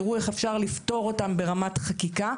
ויראו איך אפשר לפתור אותם ברמת החקיקה,